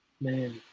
Man